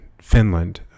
finland